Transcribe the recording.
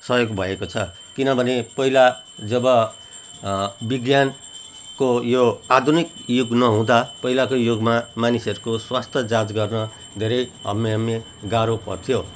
सहयोग भएको छ किनभने पहिला जब विज्ञानको यो आधुनिक युग नहुँदा पहिलाको युगमा मानिसहरूको स्वास्थ्य जाँच गर्न धेरै हम्मे हम्मे गाह्रो पर्थ्यो